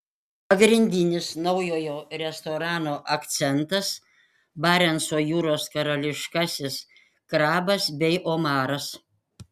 pagrindinis naujojo restorano akcentas barenco jūros karališkasis krabas bei omaras